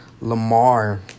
Lamar